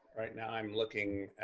right now i'm looking